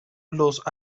los